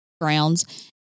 grounds